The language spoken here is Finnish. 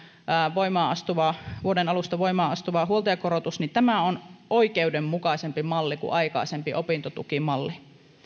vuoden alusta voimaan astuva huoltajakorotus ovat oikeudenmukaisempi malli kuin aikaisempi opintotukimalli